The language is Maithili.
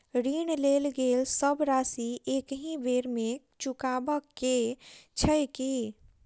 ऋण लेल गेल सब राशि एकहि बेर मे चुकाबऽ केँ छै की?